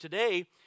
Today